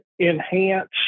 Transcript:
enhance